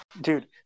dude